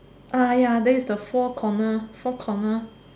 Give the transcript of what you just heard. ya then is the four corner four corner